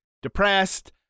depressed